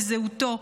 מזהותו,